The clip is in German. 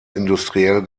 industriell